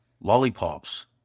lollipops